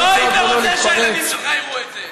לא היית רוצה שהילדים שלך יראו את זה.